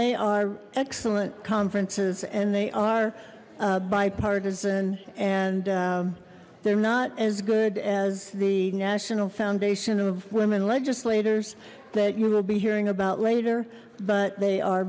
they are excellent conferences and they are bipartisan and they're not as good as the national foundation of women legislators that you will be hearing about later but they are